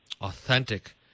Authentic